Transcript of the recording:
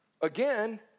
Again